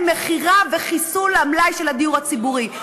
מכירה וחיסול המלאי של הדיור הציבורי.